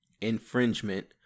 infringement